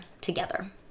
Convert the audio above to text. together